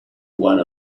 one